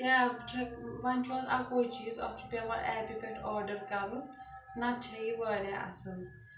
cab چھےٚ وَنۍ چھُ اَتھ اَکوے چیٖز اَتھ چھُ پٮ۪وان ایپہِ پٮ۪ٹھ آرڈَر کَرُن نَتہٕ چھےٚ یہِ واریاہ اَصٕل